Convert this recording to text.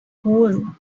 hole